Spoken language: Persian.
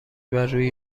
برروی